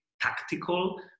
tactical